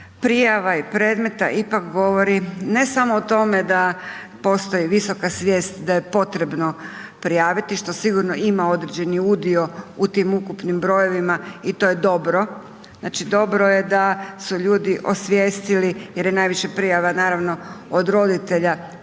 prijava i predmeta ipak govori ne samo o tome da postoji visoka svijest da je potrebno prijaviti što sigurno ima određeni udio u tim ukupnim brojevima i to je dobro, znači dobro je da su ljudi osvijestili jer je najviše prijava naravno od roditelja,